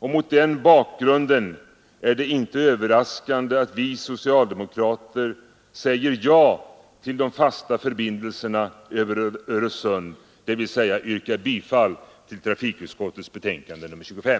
Mot den bakgrunden är det inte överraskande att vi socialdemokrater säger ja till de fasta förbindelserna över Öresund, dvs. yrkar bifall till trafikutskottets betänkande nr 25.